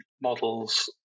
models